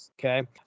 Okay